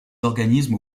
organismes